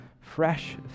fresh